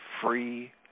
free